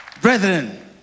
Brethren